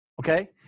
Okay